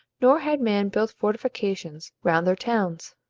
nor had men built fortifications round their towns.